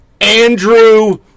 Andrew